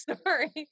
sorry